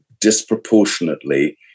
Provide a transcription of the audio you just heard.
disproportionately